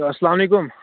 hello اسلامُ علیکُم